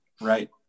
Right